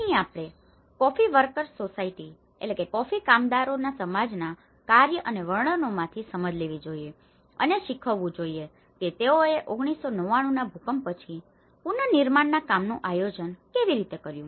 અહીં આપણે coffee workers society coffee workers society coffee કામદારો સમાજ ના કાર્યો અને વર્ણનોમાંથી સમજ લેવી જોઈએ અને શીખવું જોઈએ કે તેઓએ ૧૯૯૯ના ભૂકંપ પછી પુનનિર્માણના કામનું આયોજન કેવી રીતે કર્યું